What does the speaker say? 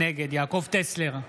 נגד יעקב טסלר,